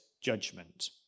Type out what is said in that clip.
judgment